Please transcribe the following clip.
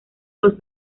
los